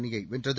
அணியை வென்றது